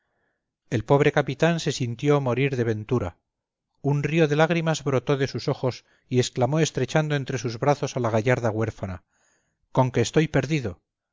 el pobre capitán se sintió morir de ventura un río de lágrimas brotó de sus ojos y exclamó estrechando entre sus brazos a la gallarda huérfana conque estoy perdido